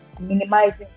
minimizing